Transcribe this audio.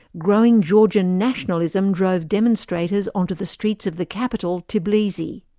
growing georgian nationalism drove demonstrators onto the streets of the capital, tbilisi.